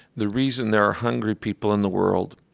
the reason there are hungry people in the world,